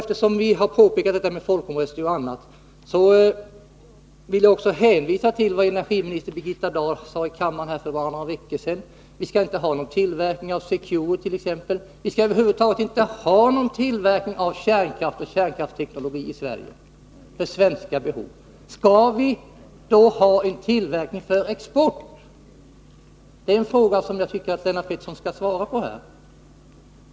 Eftersom vi har pekat på detta med folkomröstningen m.m. vill jag också hänvisa till vad energiminister Birgitta Dahl sade här i kammaren för bara några veckor sedan: Vi skall inte ha någon tillverkning av t.ex. Secure. Vi skall över huvud taget inte ha någon tillverkning av kärnkraft och kärnkraftsteknologi i Sverige för svenska behov. Skall vi då ha tillverkning för export? Det är en fråga som jag tycker att Lennart Pettersson skall svara på.